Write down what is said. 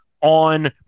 On